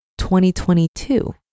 2022